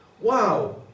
Wow